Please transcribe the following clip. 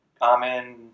common